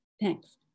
thanks